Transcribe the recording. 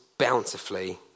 bountifully